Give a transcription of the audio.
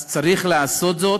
אז צריך לעשות זאת.